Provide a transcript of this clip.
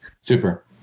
Super